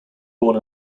born